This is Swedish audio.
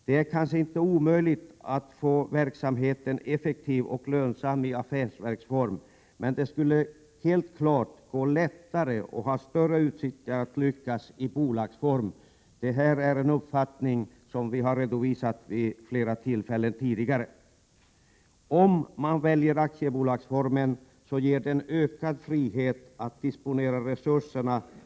Det är kanske inte omöjligt att få verksamheten effektiv och lönsam i affärsverksform, men det skulle definitivt gå lättare och ha större utsikter att lyckas om man valde bolagsform. Detta är en uppfattning som vi tidigare har redovisat vid flera tillfällen. Aktiebolagsformen ger ökad frihet att disponera resurserna, men inskär Prot.